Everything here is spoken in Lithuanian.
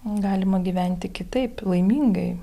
galima gyventi kitaip laimingai